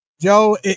Joe